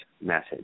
message